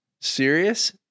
serious